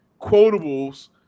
quotables